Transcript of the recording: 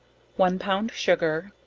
one pound sugar,